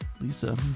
Lisa